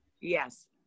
Yes